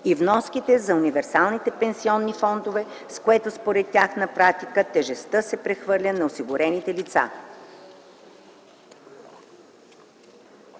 и вноските за универсалните пенсионни фондове, с което, според тях, на практика тежестта се прехвърля на осигурените лица.